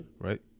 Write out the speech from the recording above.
Right